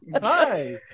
hi